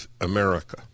America